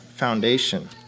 foundation